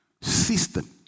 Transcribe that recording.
system